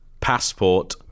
passport